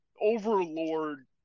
overlord